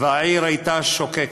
והעיר הייתה שוקקת.